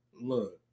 Look